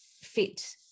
fit